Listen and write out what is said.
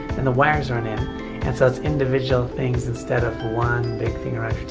and the wires aren't in, and so it's individual things instead of one big thing around your